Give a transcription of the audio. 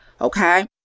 okay